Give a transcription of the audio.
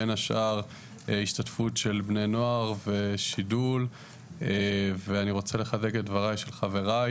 בין השאר השתתפות של בני נוער בשידול ואני רוצה לחזק את דבריהם של חבריי